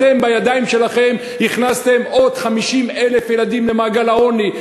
אתם בידיים שלכם הכנסתם עוד 50,000 ילדים למעגל העוני.